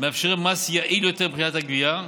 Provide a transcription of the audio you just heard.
מאפשרים מס יעיל יותר מבחינת הגבייה,